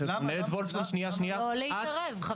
מנהלת וולפסון --- למה זה מייצר גירעון?